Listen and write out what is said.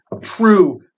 true